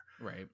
Right